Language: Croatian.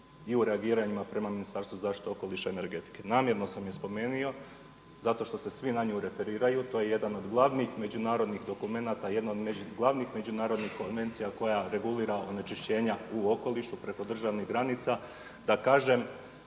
i u reagiranju prema Ministarstvu zaštite okoliša i energetike. Namjerno sam je spomenuo zato što se svi na nju referiraju, to je jedan od glavnih međunarodnih dokumenata, jedna od glavnih međunarodnih konvencija koja regulira onečišćenja u okolišu preko državnih granica, da kažem